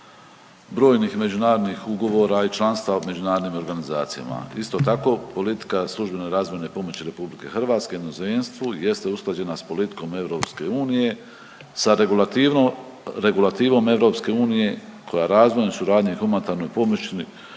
brojnih međunarodnih ugovora i članstava u međunarodnim organizacijama. Isto tako politika službene razvojne pomoći RH inozemstvu jeste usklađena s politikom EU, sa regulativnom EU koja razvojnoj suradnji i humanitarnoj pomoći